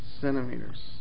centimeters